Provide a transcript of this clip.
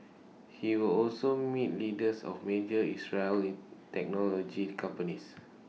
he will also meet leaders of major Israeli technology companies